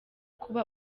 kuba